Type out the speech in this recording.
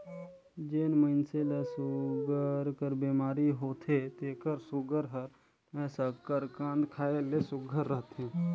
जेन मइनसे ल सूगर कर बेमारी होथे तेकर सूगर हर सकरकंद खाए ले सुग्घर रहथे